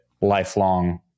lifelong